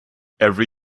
every